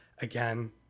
again